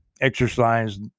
exercise